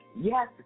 Yes